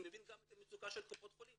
ואני מבין גם את המצוקה של קופות החולים,